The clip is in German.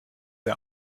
der